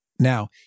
Now